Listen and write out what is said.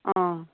অঁ